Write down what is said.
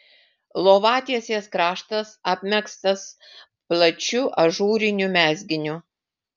lovatiesės kraštas apmegztas plačiu ažūriniu mezginiu